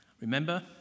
remember